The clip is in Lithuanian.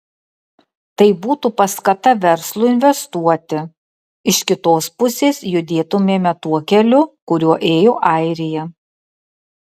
tai būtų paskata verslui investuoti iš kitos pusės judėtumėme tuo keliu kuriuo ėjo airija